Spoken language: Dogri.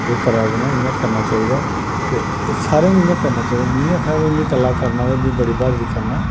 एह् करा दे न इ'यां करना चाहिदा ते एह् सारें गी इ'यां करना चाहिदा में नेईं आखा दा कि में कल्ला करना ते में बड़ी ब्हादरी करना